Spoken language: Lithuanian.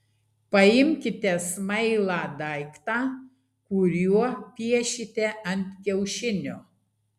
paimkite smailą daiktą kuriuo piešite ant kiaušinio